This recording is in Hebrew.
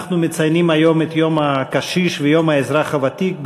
אנחנו מציינים היום את יום הקשיש ויום האזרח הוותיק,